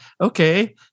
Okay